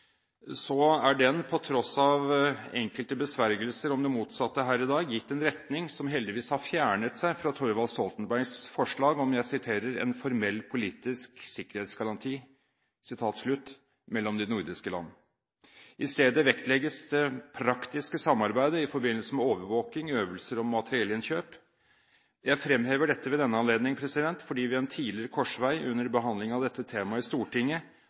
er den, på tross av enkelte besvergelser om det motsatte her i dag, gitt en retning som heldigvis har fjernet seg fra Thorvald Stoltenbergs forslag om «en formell politisk sikkerhetsgaranti» mellom de nordiske land. I stedet vektlegges det praktiske samarbeidet i forbindelse med overvåking, øvelser og materiellinnkjøp. Jeg fremhever dette ved denne anledning fordi vi ved en tidligere korsvei under behandlingen av dette temaet i Stortinget